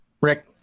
Rick